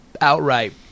outright